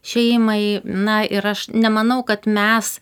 šeimai na ir aš nemanau kad mes